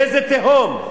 לאיזה תהום?